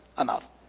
enough